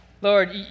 Lord